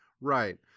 right